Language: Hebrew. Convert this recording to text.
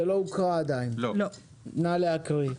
נא להקריא.